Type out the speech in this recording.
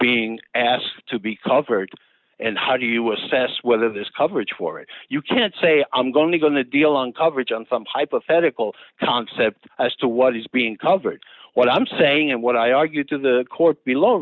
being asked to be covered and how do you assess whether this coverage for if you can't say i'm going to go on a deal on coverage on some hypothetical concept as to what is being covered what i'm saying and what i argued to the court below